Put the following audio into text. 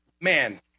man